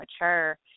mature